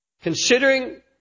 considering